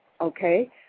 Okay